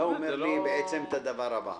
אתה אומר לי בעצם את הדבר הבא-